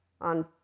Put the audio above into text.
on